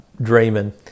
dreaming